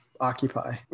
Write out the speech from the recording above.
Occupy